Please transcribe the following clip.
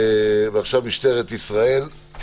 ועכשיו משטרת ישראל,